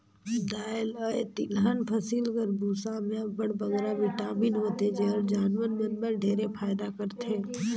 दाएल अए तिलहन फसिल कर बूसा में अब्बड़ बगरा बिटामिन होथे जेहर जानवर मन बर ढेरे फएदा करथे